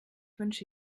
wünsche